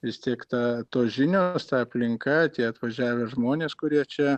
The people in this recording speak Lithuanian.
vis tiek ta tos žinios ta aplinka tie atvažiavę žmonės kurie čia